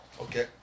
Okay